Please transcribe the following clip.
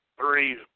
three